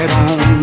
on